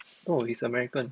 no he's american